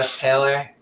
Taylor